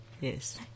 Yes